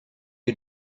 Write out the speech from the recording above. you